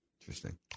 Interesting